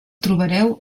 trobareu